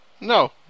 No